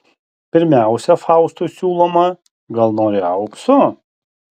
pirmiausia faustui siūloma gal nori aukso